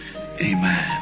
amen